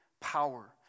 power